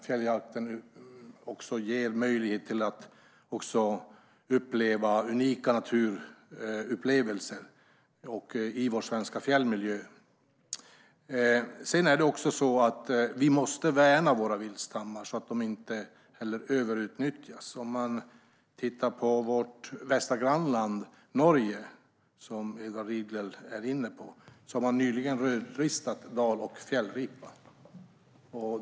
Fjälljakten ger också möjlighet till unika naturupplevelser i vår svenska fjällmiljö. Vi måste värna våra viltstammar så att de inte överutnyttjas. Låt oss titta på vårt västra grannland Norge, som Edward Riedl har varit inne på. Där har man nyligen rödlistat dal och fjällripa.